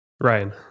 Ryan